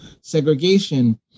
segregation